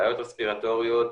בעיות רספירטוריות,